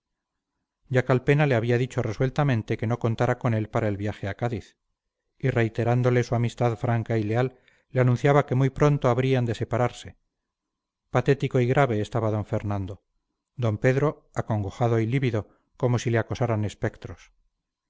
ya calpena le había dicho resueltamente que no contara con él para el viaje a cádiz y reiterándole su amistad franca y leal le anunciaba que muy pronto habrían de separarse patético y grave estaba d fernando d pedro acongojado y lívido como si le acosaran espectros